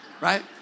Right